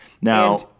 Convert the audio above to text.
Now